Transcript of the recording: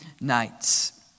nights